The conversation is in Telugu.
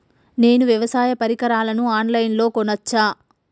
నేను వ్యవసాయ పరికరాలను ఆన్ లైన్ లో కొనచ్చా?